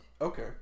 Okay